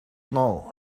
know